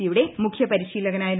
സിയുടെ മുഖ്യപരിശീലകനായിരുന്നു